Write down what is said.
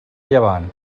llevant